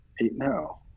no